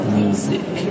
music